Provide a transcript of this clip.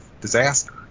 disaster